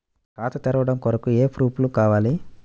ఖాతా తెరవడం కొరకు ఏమి ప్రూఫ్లు కావాలి?